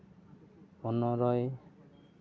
ᱯᱚᱱᱚᱨᱚᱭ